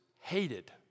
hated